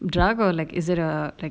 drug or like is it uh like